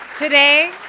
Today